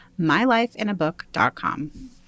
MyLifeInABook.com